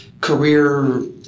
career